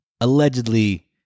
Allegedly